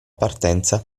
partenza